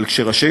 אבל כשראשי